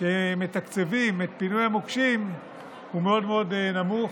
שמתקציבים את פינוי המוקשים הוא מאוד נמוך.